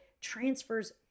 transfers